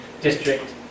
district